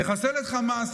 נחסל את חמאס,